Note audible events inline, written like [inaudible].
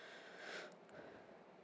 [breath]